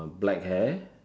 black hair